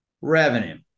revenue